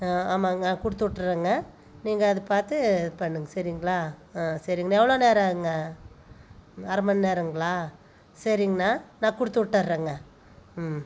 ம் ஆமாங்க நான் கொடுத்து விட்டுறங்க நீங்கள் அது பார்த்து பண்ணுங்கள் சரிங்களா சரிங்க எவ்வளோ நேரம் ஆகும்ங்க அரை மணி நேரம்ங்களா சரிங்கண்ணா நான் கொடுத்து விட்டறங்க